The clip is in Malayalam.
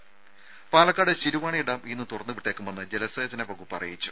ദേദ പാലക്കാട് ശിരിവാണി ഡാം ഇന്ന് തുറന്നുവിട്ടേക്കുമെന്ന് ജലസേചന വകുപ്പ് അറിയിച്ചു